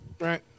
Right